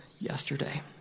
yesterday